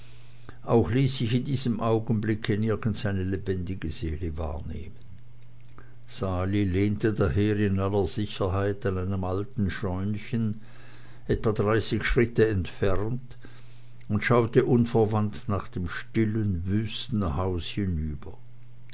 auch ließ sich in diesem augenblicke nirgends eine lebendige seele wahrnehmen sali lehnte daher in aller sicherheit an einem alten scheunchen etwa dreißig schritte entfernt und schaute unverwandt nach dem stillen wüsten hause hinüber